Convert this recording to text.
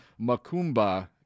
Makumba